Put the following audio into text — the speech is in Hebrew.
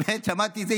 באמת, שמעתי את זה.